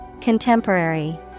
Contemporary